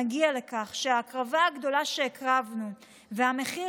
נגיע לכך שההקרבה הגדולה שהקרבנו והמחיר